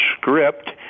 script